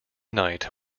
night